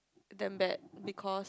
damn bad because